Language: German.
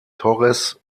torres